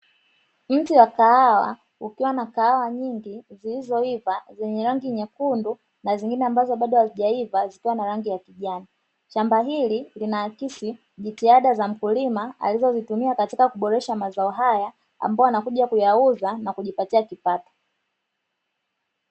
Mti wa kahawa ukiwa na kahawa nyingi zilizoiva zenye rangi nyekundu na nyingine ambazo bado hazijaiva zikiwa na rangi ya kijani. Shamba hili linaakisi jitihada za mkulima alizozitumia katika kuboresha mazao haya ambayo anakuja kuyauza na kujipatia kipato.